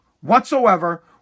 Whatsoever